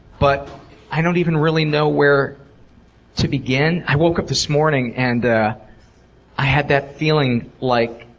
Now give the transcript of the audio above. but i don't even really know where to begin. i woke up this morning and i had that feeling like,